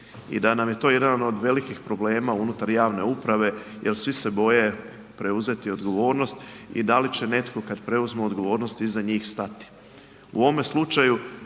i da nam je to jedan od velikih problema unutar javne uprave jer svi se boje preuzeti odgovornost i da li će netko, kad preuzmu odgovornost iza njih stati.